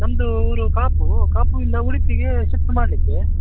ನಮ್ಮದು ಊರು ಕಾಪು ಕಾಪು ಇಂದ ಉಡುಪಿಗೆ ಶಿಫ್ಟ್ ಮಾಡಲಿಕ್ಕೆ